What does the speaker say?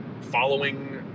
following